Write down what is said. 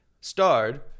starred